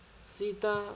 Sita